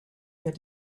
had